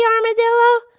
armadillo